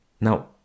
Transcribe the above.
Now